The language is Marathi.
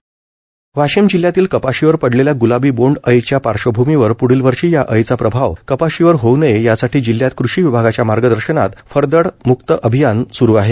गुलाबी बोन्ड अळी वाशिम जिल्ह्यातील कपाशीवर पडलेल्या ग्लाबी बोन्ड अळीच्या पार्श्वभूमीवर पूढील वर्षी या अळीचा प्रभाव कपाशीवर होऊ नये यासाठी जिल्ह्यात कृषी विभागाच्या मार्गदर्शनात फरदड म्क्त अभियान सुरू आहे